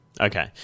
Okay